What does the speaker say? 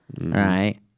Right